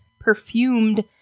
perfumed